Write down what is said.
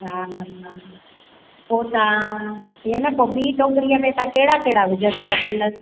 हा हा पोइ तव्हां ईअं न पोइ बीं टोकिरीअ में तव्हां कहिड़ा कहिड़ा विझंदव फल